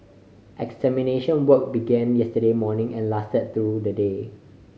extermination work began yesterday morning and lasted through the day